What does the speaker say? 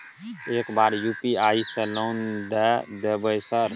एक बार यु.पी.आई से लोन द देवे सर?